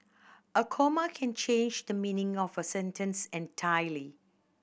a comma can change the meaning of a sentence entirely